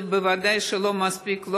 זה בוודאי לא מספיק,